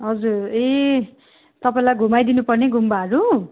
हजुर ए तपाईँलाई घुमाइदिनु पर्ने गुम्बाहरू